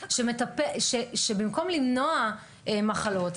שבמקום למנוע מחלות,